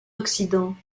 oxydant